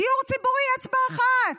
דיור ציבורי, אצבע אחת,